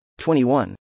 21